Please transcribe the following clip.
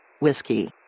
Whiskey